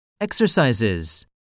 Exercises